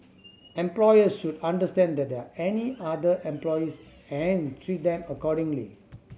employers should understand that are any other employees and treat them accordingly